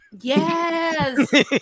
yes